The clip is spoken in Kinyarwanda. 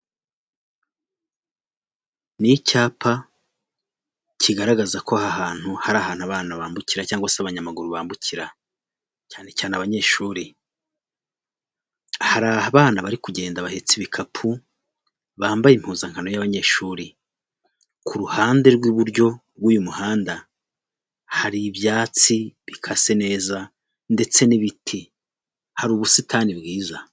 Ni icyapa kigaragaza ko aha hantu, hari ahantu abana bambukira cyangwase abanyamaguru bambukira, cyane cyane abanyeshuri, hari abana bari kugenda bahetse ibikapu, bambaye impuzankano y'abanyeshuri, ku ruhande rw'iburyo bw'uyu muhanda hari ibyatsi bikase neza, ndetse n'ibiti, hari ubusitani bwiza.